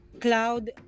Cloud